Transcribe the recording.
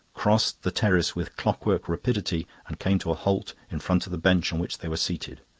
crossed the terrace with clockwork rapidity, and came to a halt in front of the bench on which they were seated.